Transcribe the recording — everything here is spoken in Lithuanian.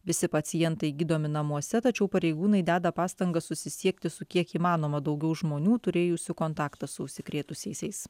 visi pacientai gydomi namuose tačiau pareigūnai deda pastangas susisiekti su kiek įmanoma daugiau žmonių turėjusių kontaktą su užsikrėtusiaisiais